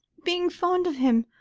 being fond of him,